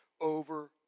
over